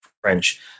French